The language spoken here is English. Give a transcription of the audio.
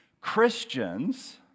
Christians